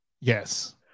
Yes